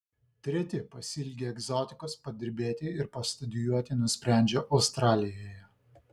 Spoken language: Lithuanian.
treti pasiilgę egzotikos padirbėti ir pastudijuoti nusprendžia australijoje